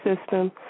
system